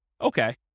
Okay